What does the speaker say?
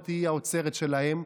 את תהיי האוצרת שלהם,